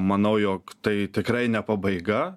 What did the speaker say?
manau jog tai tikrai ne pabaiga